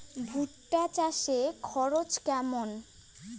ভুট্টা চাষে খরচ কেমন?